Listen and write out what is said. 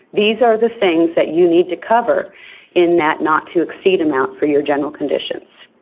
these are the things that you need to cover in that not to exceed amount for your general conditions.